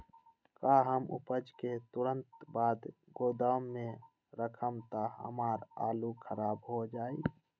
का हम उपज के तुरंत बाद गोदाम में रखम त हमार आलू खराब हो जाइ?